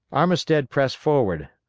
armistead pressed forward,